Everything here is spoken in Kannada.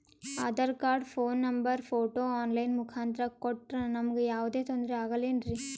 Aadhaar card, phone number, photo online ಮುಖಾಂತ್ರ ಕೊಟ್ರ ನಮಗೆ ಯಾವುದೇ ತೊಂದ್ರೆ ಆಗಲೇನ್ರಿ?